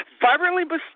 Vibrantly